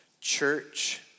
church